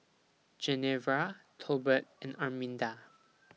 Genevra Tolbert and Arminda